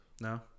No